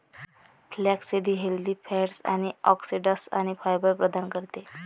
flaxseed healthy fats, antioxidants आणि fibre प्रदान करते